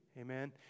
Amen